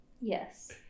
Yes